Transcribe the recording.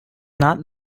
not